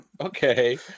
Okay